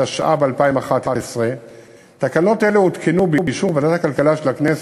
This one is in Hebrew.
התשע"ב 2011. תקנות אלו הותקנו באישור ועדת הכלכלה של הכנסת,